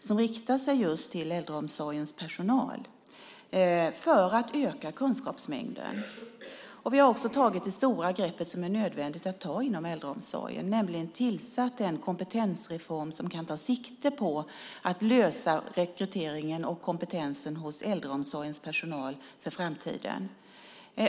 Den riktar sig just till äldreomsorgens personal för att öka kunskapsmängden. Vi har också tagit det stora grepp som är nödvändigt att ta inom äldreomsorgen, nämligen tillsatt en kompetensutredning som kan ta sikte på att lösa rekryteringen och kompetensen hos äldreomsorgens personal för framtiden.